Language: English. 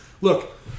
Look